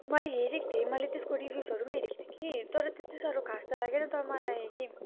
मैले हेरेको थिएँ मैले त्यसको रिभ्युजहरू पनि हेरेको थिएँ कि तर त्यति साह्रो खास त लागेन तर मलाई के